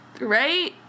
right